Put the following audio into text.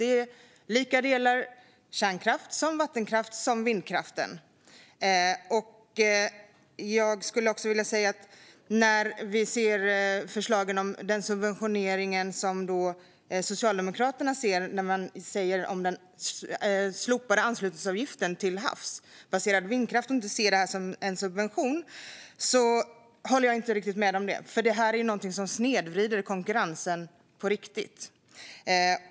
Det är lika delar kärnkraft, vattenkraft och vindkraft. När vi ser förslag från Socialdemokraterna om slopad anslutningsavgift för vindkraft till havs och de inte ser detta som en subvention håller jag inte riktigt med om det. Detta är nämligen någonting som snedvrider konkurrensen på riktigt.